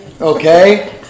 Okay